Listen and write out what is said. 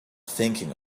thinking